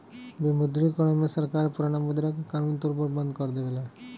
विमुद्रीकरण में सरकार पुराना मुद्रा के कानूनी तौर पर बंद कर देवला